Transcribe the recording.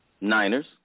Niners